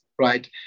right